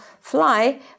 fly